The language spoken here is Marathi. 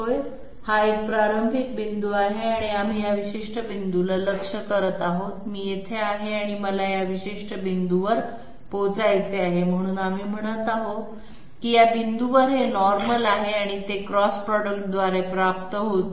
होय हा एक प्रारंभिक बिंदू आहे आणि आम्ही या विशिष्ट बिंदूला लक्ष्य करत आहोत मी येथे आहे आणि मला या विशिष्ट बिंदूवर पोहोचायचे आहे म्हणून आम्ही म्हणत आहोत की या बिंदूवर हे नॉर्मल आहे आणि ते क्रॉस प्रॉडक्टद्वारे प्राप्त होते